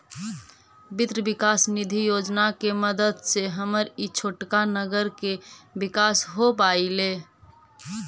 वित्त विकास निधि योजना के मदद से हमर ई छोटका नगर के विकास हो पयलई